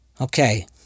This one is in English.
Okay